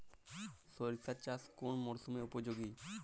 সরিষা চাষ কোন মরশুমে উপযোগী?